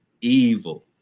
evil